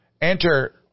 Enter